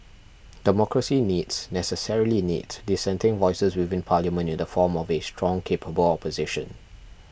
democracy needs necessarily needs dissenting voices within Parliament in the form of a strong capable opposition